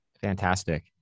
Fantastic